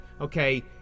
okay